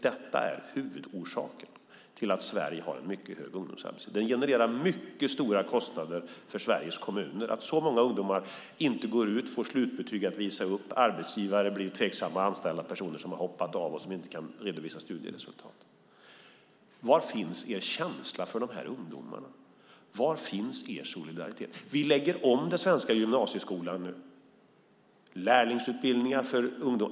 Detta är huvudorsaken till att Sverige har en mycket hög ungdomsarbetslöshet. Det genererar mycket stora kostnader för Sveriges kommuner att så många ungdomar inte går ut gymnasiet, inte får slutbetyg att visa upp och att arbetsgivare då blir tveksamma till att anställa personer som har hoppat av och som inte kan redovisa studieresultat. Var finns er känsla för dessa ungdomar? Var finns er solidaritet? Vi lägger om den svenska gymnasieskolan nu, och det blir lärlingsutbildningar.